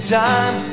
time